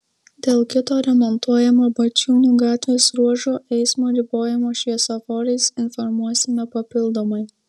dėl kito remontuojamo bačiūnų gatvės ruožo eismo ribojimo šviesoforais informuosime papildomai